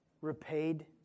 repaid